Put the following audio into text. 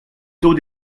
taux